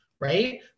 right